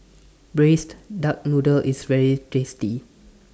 Braised Duck Noodle IS very tasty